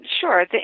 Sure